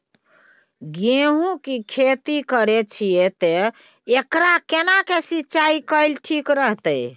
गेहूं की खेती करे छिये ते एकरा केना के सिंचाई कैल ठीक रहते?